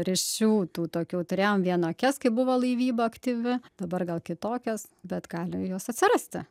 ryšių tų tokių turėjom vienokias kai buvo laivyba aktyvi dabar gal kitokios bet gali jos atsirasti